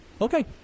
Okay